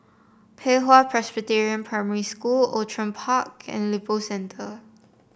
Pei Hwa Presbyterian Primary School Outram Park and Lippo Centre